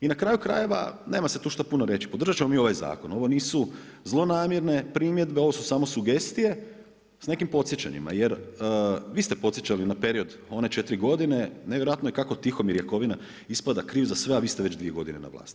I na kraju krajeva, nema se tu šta puno reći, podržat ćemo mi ovaj zakon, ovo nisu zlonamjerne primjedbe, ovo su samo sugestije s nekim podsjećanjima jer vi ste podsjećali na period od 4 godine, nevjerojatno je kako Tihomir Jakovina ispada kriv za sve, a vi ste već 2 godine na vlasti.